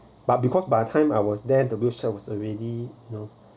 but because by the time I was there the whale shark was already know